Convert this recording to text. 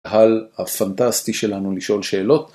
קהל הפנטסטי שלנו לשאול שאלות.